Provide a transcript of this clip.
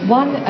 one